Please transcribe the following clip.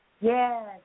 Yes